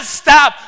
stop